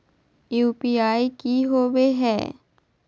UPI की होवे हय?